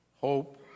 hope